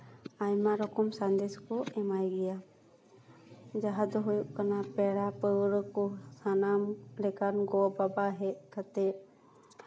ᱟᱭᱢᱟ ᱨᱚᱠᱚᱢ ᱥᱟᱸᱫᱮᱥ ᱠᱚ ᱮᱢᱟᱭ ᱜᱮᱭᱟ ᱡᱟᱦᱟᱸ ᱫᱚ ᱦᱩᱭᱩᱜ ᱠᱟᱱᱟ ᱯᱮᱲᱟ ᱯᱟᱹᱣᱨᱟᱹ ᱠᱚ ᱥᱟᱱᱟᱢ ᱞᱮᱠᱟᱱ ᱜᱚᱼᱵᱟᱵᱟ ᱦᱮᱡ ᱠᱟᱛᱮᱜ